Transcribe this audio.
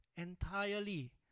entirely